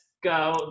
go